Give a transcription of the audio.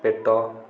ପେଟ